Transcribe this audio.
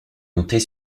monter